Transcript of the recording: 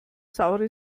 saure